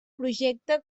projecte